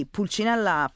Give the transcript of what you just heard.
Pulcinella